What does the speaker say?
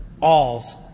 alls